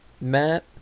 Matt